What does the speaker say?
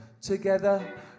together